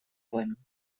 bäumen